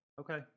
Okay